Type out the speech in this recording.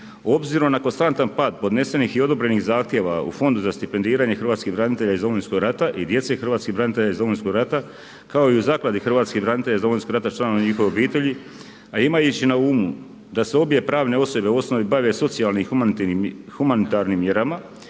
Obzirom na konstantan pad podnesenih i odobrenih zahtjeva u fondu za stipendiranje hrvatskih branitelja iz Domovinskog rata i djece hrvatskih branitelja iz Domovinskog rata kao i u Zakladi hrvatskih branitelja iz Domovinskog rata, članova njihovih obitelji a imajući na umu da se obje pravne osobe u osnovi bave socijalnim i humanitarnim mjerama